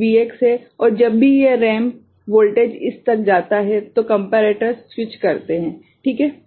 Vx है और जब भी यह रैंप वोल्टेज इस तक जाता है तो कंपेरेटर्स स्विच करते हैं ठीक है